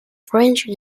french